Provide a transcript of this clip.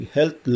Health